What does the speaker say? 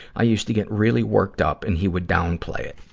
i used to get really worked up, and he would downplay it.